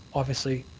obviously,